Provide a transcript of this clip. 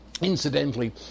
Incidentally